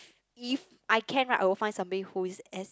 if I can lah I will find somebody who is as